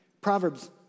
Proverbs